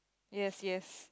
yes yes